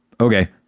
Okay